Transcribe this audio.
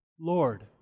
Lord